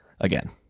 Again